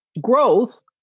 Growth